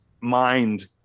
mind